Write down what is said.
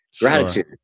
gratitude